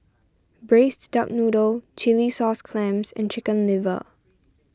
Braised Duck Noodle Chilli Sauce Clams and Chicken Liver